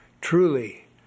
truly